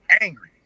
angry